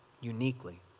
uniquely